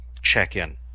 check-in